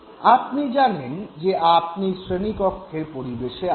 slide সময়ঃ 1151 আপনি জানেন যে আপনি শ্রেণীকক্ষের পরিবেশে আছেন